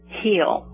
heal